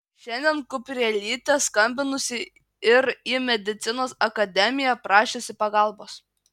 šiandien kuprelytė skambinusi ir į medicinos akademiją prašiusi pagalbos